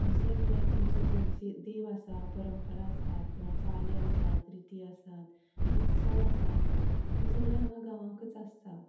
दुसरें म्हळ्यार तुमचो जर देव आसा परंपरा आसात किंवां चाली आसात रिती आसात उत्सव आसात तें सगलें हांगा गांवांकच आसता